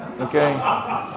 okay